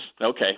Okay